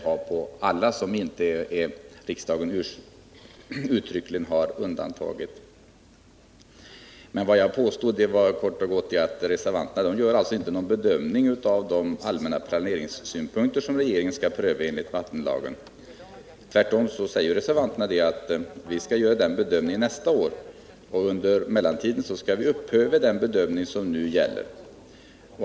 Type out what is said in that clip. Vad jag påstod var kort och gott att reservanterna inte har gjort någon bedömning av de allmänna planeringssynpunkter som regeringen skall ta hänsyn till. Reservanterna säger tvärtom att den bedömningen skall göras nästa år, och under mellantiden skall regeringen upphöra med den bedömning som nu gäller.